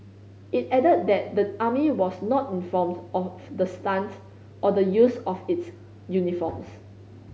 it added that the army was not informed of the stunt or the use of its uniforms